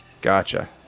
Gotcha